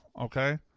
Okay